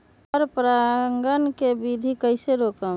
पर परागण केबिधी कईसे रोकब?